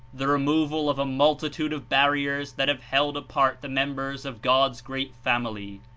the removal of a multitude of barriers that have held apart the members of god's great family,